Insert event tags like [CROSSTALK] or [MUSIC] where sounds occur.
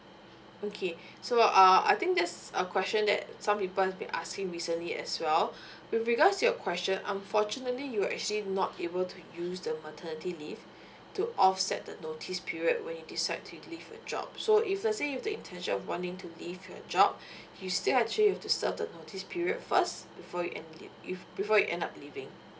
okay so uh I think that's a question that some people have been asking recently as well [BREATH] with regards to your question unfortunately you'll actually not be able to use the maternity leave to offset the notice period when you decide to leave a job so if let's say you've the intention of wanting to leave your job [BREATH] you still actually you have to serve the notice period first before you end it before you end up leaving